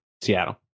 Seattle